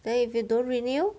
then if you don't renew